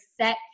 set